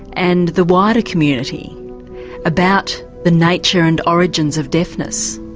and the wider community about the nature and origins of deafness?